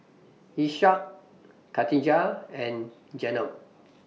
Ishak Katijah and Jenab